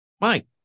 Mike